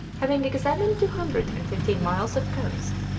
having examined two hundred and fifteen miles of coast,